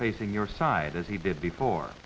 facing your side as he did before